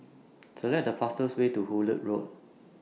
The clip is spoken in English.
Select The fastest Way to Hullet Road